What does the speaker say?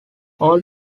all